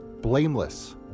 blameless